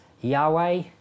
Yahweh